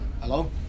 hello